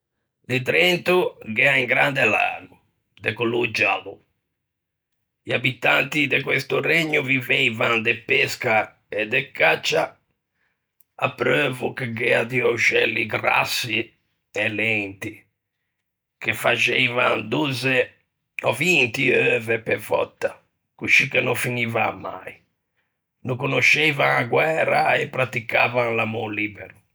Lì drento gh'ea un grande lago, de colô giallo. I abitanti de questo regno viveivan de pesca e de caccia, apreuvo che gh'ea di öxelli grassi e lenti, che favan dozze ò vinti euve pe vòtta, coscì che no finivan mai. No conosceivan a guæra e pratticavan l'amô libero.